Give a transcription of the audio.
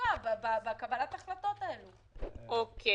קודם כול, תודה רבה, איתן.